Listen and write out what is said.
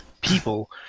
people